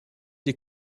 des